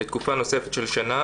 לתקופה נוספת של שנה,